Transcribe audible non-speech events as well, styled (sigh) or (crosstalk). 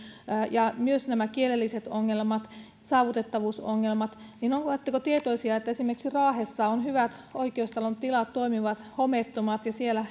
ja myös kielelliset ongelmat saavutettavuusongelmat oletteko tietoinen että esimerkiksi raahessa on hyvät oikeustalon tilat toimivat homeettomat ja siellä (unintelligible)